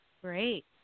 Great